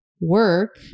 work